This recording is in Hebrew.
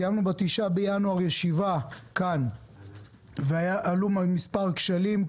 קיימנו כאן ב-9 בינואר ישיבה ועלו מהם מספר כשלים,